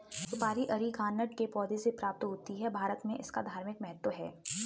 सुपारी अरीकानट के पौधों से प्राप्त होते हैं भारत में इसका धार्मिक महत्व है